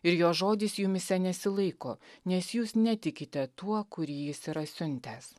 ir jo žodis jumyse nesilaiko nes jūs netikite tuo kurį jis yra siuntęs